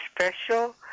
special